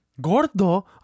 Gordo